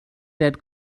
that